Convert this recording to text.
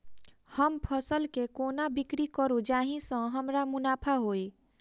हम फसल केँ कोना बिक्री करू जाहि सँ हमरा मुनाफा होइ?